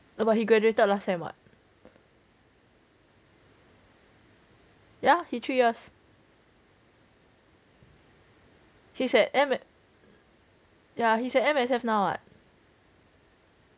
oh but he graduated last time what ya he three years he's at M~ yeah he's at M_S_F now [what]